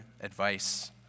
advice